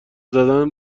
زدن